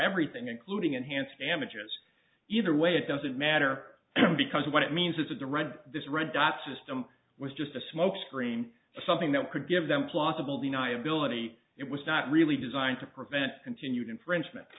everything including enhanced damages either way it doesn't matter because what it means is that the read this red dot system was just a smokescreen something that could give them plausible deniability it was not really designed to prevent continued infringement